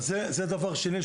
זה דבר שני.